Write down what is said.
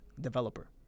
developer